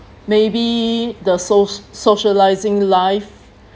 maybe the soc~ socialising life